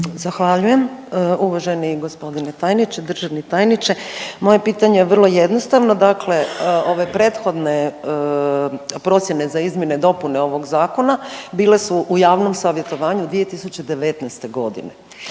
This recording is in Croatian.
Zahvaljujem uvaženi g. tajniče, državni tajniče, moje pitanje je vrlo jednostavno. Dakle ove prethodne procjene za izmjene i dopune ovog Zakona bile su u javnom savjetovanju 2019. g.